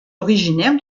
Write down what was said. originaire